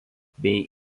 bei